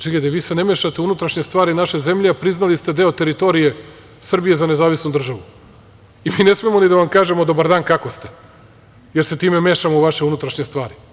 Čekajte, vi se ne mešate u unutrašnje stvari naše zemlje, a priznali ste deo teritorije Srbije za nezavisnu državu i mi ne smemo ni da vam kažemo - dobar dan, kako ste, jer se time mešamo u vaše unutrašnje stvari?